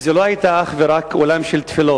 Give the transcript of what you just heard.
לא היה רק אולם של תפילות.